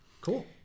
Cool